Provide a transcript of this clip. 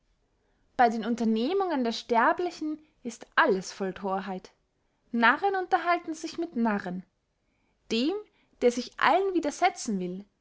bey den unternehmungen der sterblichen ist alles voll thorheit narren unterhalten sich mit narren dem der sich allen widersetzen will